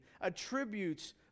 attributes